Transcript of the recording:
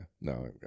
no